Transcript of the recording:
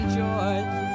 George